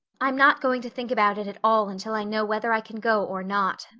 i'm not going to think about it at all until i know whether i can go or not,